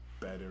better